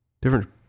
different